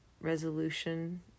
resolution